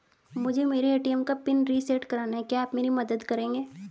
मुझे मेरे ए.टी.एम का पिन रीसेट कराना है क्या आप मेरी मदद करेंगे?